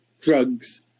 drugs